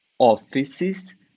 offices